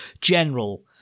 general